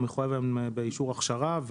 הוא מחויב היום באישור הכשרה,